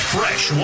Fresh